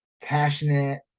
passionate